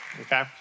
okay